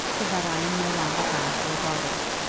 so that i am no longer bound to regard it.